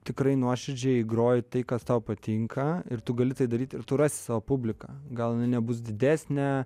tikrai nuoširdžiai groji tai kas tau patinka ir tu gali tai daryt ir tu rasi savo publiką gal jinai nebus didesnė